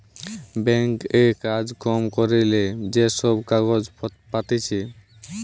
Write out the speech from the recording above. bank এ কাজ কম করিলে যে সব কাগজ পাতিছে